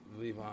Levon